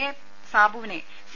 A സാബുവിനെ C